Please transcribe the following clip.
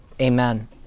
Amen